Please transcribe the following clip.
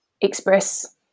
express